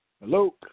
Hello